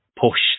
push